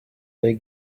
their